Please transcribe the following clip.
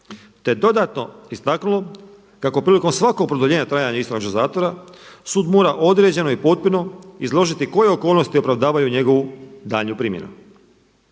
te dodatno istaknulo kako prilikom svakog produljenja trajanja istražnog zatvora sud mora određeno i potpuno izložiti koje okolnosti opravdavaju njegovu daljnju primjenu.